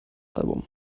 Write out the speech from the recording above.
album